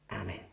Amen